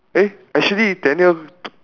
eh actually daniel